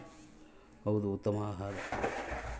ಏಕದಳ ಧಾನ್ಯಗಳು ಮತ್ತು ಬಾರ್ಲಿ ಜಾನುವಾರುಗುಳ್ಗೆ ಉತ್ತಮ ಆಹಾರ